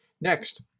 Next